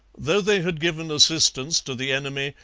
though they had given assistance to the enemy,